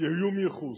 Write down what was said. איום הייחוס.